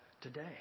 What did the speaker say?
today